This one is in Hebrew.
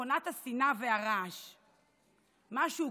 "מכונת השנאה והרעש"; משהו,